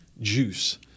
juice